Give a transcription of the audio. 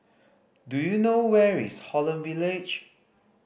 do you know where is Holland Village